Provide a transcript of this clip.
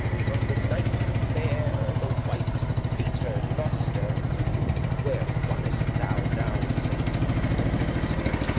from the night mare, the white pater-noster where wonnest thou now, sainte peter's sister?